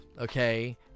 okay